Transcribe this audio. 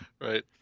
Right